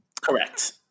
correct